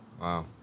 Wow